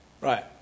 Right